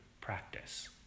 practice